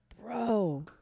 bro